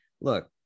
look